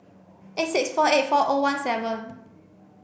eight six four eight four O one seven